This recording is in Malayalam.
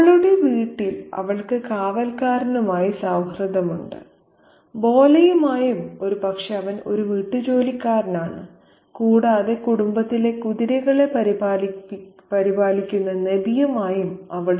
അവളുടെ വീട്ടിൽ അവൾക്ക് കാവൽക്കാരനുമായി സൌഹൃദമുണ്ട് ഭോലയുമായും ഒരുപക്ഷേ അവൻ ഒരു വീട്ടുജോലിക്കാരനാണ് കൂടാതെ കുടുംബത്തിലെ കുതിരകളെ പരിപാലിക്കുന്ന നബിയുമായും അവൾ ചങ്ങാത്തം കൂടുന്നു